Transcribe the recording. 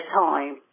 time